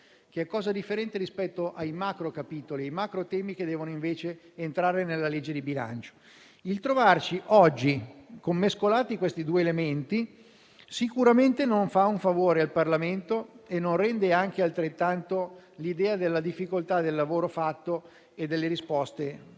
che è cosa differente rispetto ai macrocapitoli e ai macrotemi che devono invece entrare nella legge di bilancio. Oggi, il fatto di trovare mescolati questi due elementi sicuramente non rende un favore al Parlamento e non dà neanche l'idea della difficoltà del lavoro svolto e delle risposte